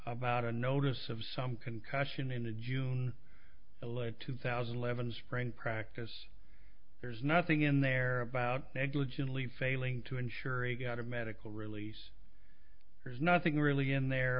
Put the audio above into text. about a notice of some concussion in the june eleventh two thousand and eleven spring practice there's nothing in there about negligently failing to ensure he got a medical release there's nothing really in there